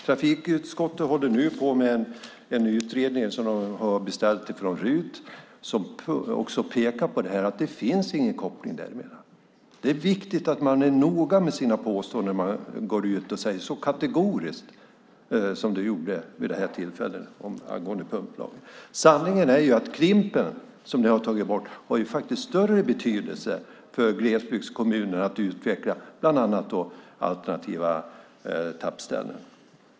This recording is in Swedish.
Trafikutskottet håller nu på med en utredning som de har beställt från RUT och som också pekar på att det inte finns någon koppling däremellan. Det är viktigt att man är noga med sina påståenden när man uttalar sig så kategoriskt som du gjorde vid detta tillfälle angående pumplagen. Sanningen är att Klimp:en, som ni har tagit bort, har större betydelse för glesbygdskommunerna när det gäller att utveckla bland annat alternativa tappställen.